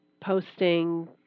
posting